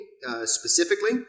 specifically